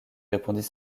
répondit